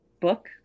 book